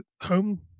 home